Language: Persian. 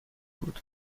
بود